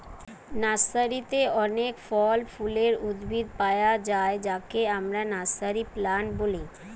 নার্সারিতে অনেক ফল ফুলের উদ্ভিদ পায়া যায় যাকে আমরা নার্সারি প্লান্ট বলি